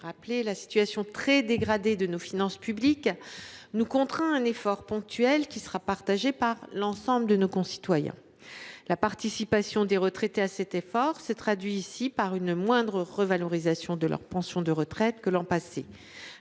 rappelé, la situation très dégradée de nos finances publiques nous contraint à un effort ponctuel, qui sera partagé par l’ensemble de nos concitoyens. La participation des retraités à cet effort se traduit par une moindre revalorisation de leurs pensions de retraite que l’an passé,